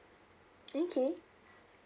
okay